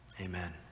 Amen